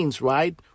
right